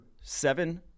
seven